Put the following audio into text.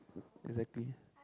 exactly